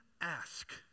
ask